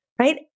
right